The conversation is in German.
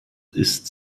ist